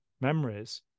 memories